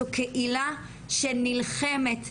זו קהילה שנלחמת,